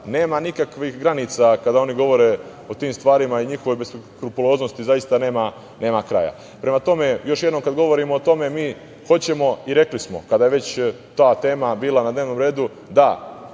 nema nikakvih granica kada oni govore o tim stvarima i njihovoj beskrupuloznosti zaista nema kraja. Prema tome, još jednom, kad govorimo o tome, mi hoćemo i rekli smo, kada je već ta tema bila na dnevnom redu - da,